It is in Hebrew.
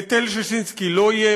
היטל ששינסקי לא יהיה,